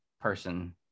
person